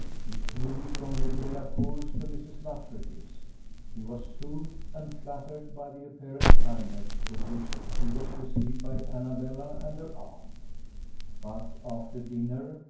he flew from lady delacour's to mrs. luttridge's he was soothed and flattered by the apparent kindness with which he was received by annabella and her aunt but after dinner,